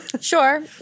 sure